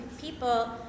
people